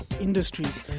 industries